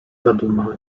zaduma